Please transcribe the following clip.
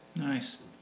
Nice